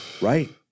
right